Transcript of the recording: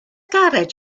garej